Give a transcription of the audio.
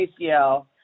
acl